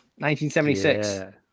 1976